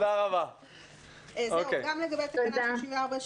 גם לגבי תקנה 34,